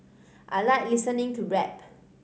I like listening to rap